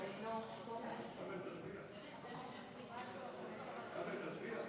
חוק זכות יוצרים (תיקון מס' 5),